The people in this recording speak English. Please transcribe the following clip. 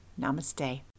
namaste